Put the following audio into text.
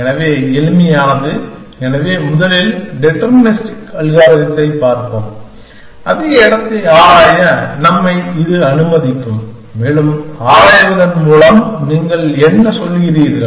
எனவே எளிமையானது எனவே முதலில் டிட்டர்மினிஸ்டிக் அல்காரிதத்தைப் பார்ப்போம் அதிக இடத்தை ஆராய நம்மை இது அனுமதிக்கும் மேலும் ஆராய்வதன் மூலம் நீங்கள் என்ன சொல்கிறீர்கள்